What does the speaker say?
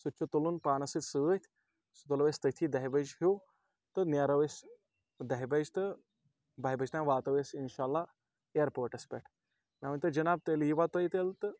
سُہ تہِ چھِ تُلُن پانَس سۭتۍ سۭتۍ سُہ تُلو أسۍ تٔتھی دَہِہ بَجہِ ہیوٗ تہٕ نیرَو أسۍ دَہِہ بَجہِ تہٕ بَہہِ بجہِ تانۍ واتو أسۍ اِنشااللہ اِیَرپوٹَس پٮ۪ٹھ مےٚ ؤنتو جِناب تیٚلہِ یی وَ تُہۍ تیٚلہِ تہٕ